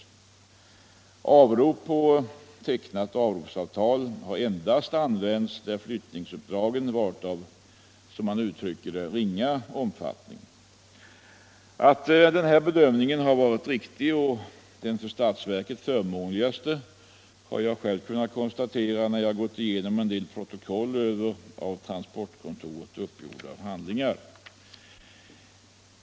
Avrop på tecknat avropsavtal har endast använts där flyttningsuppdragen varit av ”ringa omfattning”. Att denna bedömning varit riktig och den för statsverket förmånligaste har jag själv kunnat konstatera när jag gått igenom en del protokoll över av transportkontoret uppgjorda handlingar.